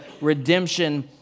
redemption